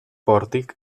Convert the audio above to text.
pòrtic